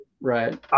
Right